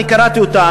אני קראתי אותה,